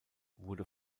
wurde